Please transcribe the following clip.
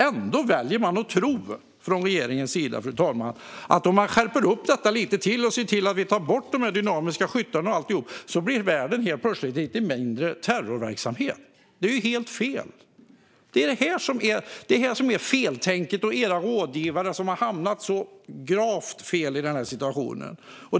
Ändå väljer man att från regeringens sida tro, fru talman, att det helt plötsligt blir lite mindre terrorverksamhet i världen om man skärper detta lite till och ser till att ta bort de dynamiska skyttarna och alltihop. Det är helt fel. Det är det som är feltänkt. Era rådgivare har hamnat gravt fel i denna situation.